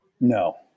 No